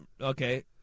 Okay